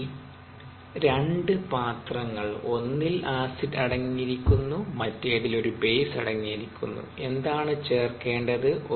ഇനി 2 പാത്രങ്ങൾ ഒന്നിൽ ആസിഡ് അടങ്ങിയിരിക്കുന്നു മറ്റേതിൽ ഒരു ബേസ് അടങ്ങിയിരിക്കുന്നു എന്താണ് ചേർക്കേണ്ടത്